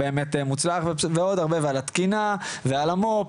באמת מוצלח ועוד הרבה ועל התקינה ועל המו"פ,